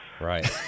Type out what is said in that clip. Right